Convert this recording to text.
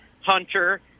Hunter